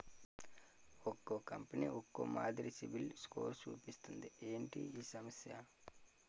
ఒక్కో కంపెనీ ఒక్కో మాదిరి సిబిల్ స్కోర్ చూపిస్తుంది ఏంటి ఈ సమస్య?